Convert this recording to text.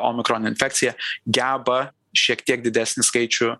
omikron infekcija geba šiek tiek didesnį skaičių